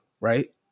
right